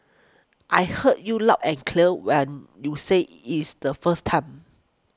I heard you loud and clear when you said its the first time